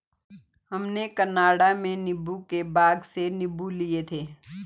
हमने कनाडा में नींबू के बाग से नींबू लिए थे